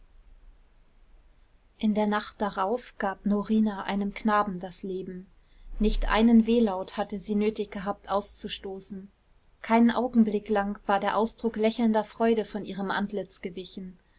in der nacht darauf gab norina einem knaben das leben nicht einen wehlaut hatte sie nötig gehabt auszustoßen keinen augenblick lang war der ausdruck lächelnder freude von ihrem antlitz gewichen